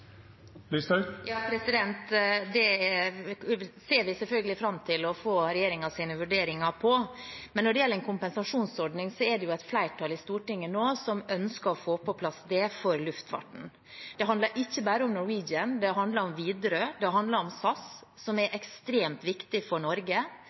ser selvfølgelig fram til å få regjeringens vurderinger av det. Når det gjelder en kompensasjonsordning, er det et flertall i Stortinget nå som ønsker å få på plass det for luftfarten. Det handler ikke bare om Norwegian, det handler om Widerøe, det handler om SAS, som er